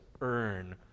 earn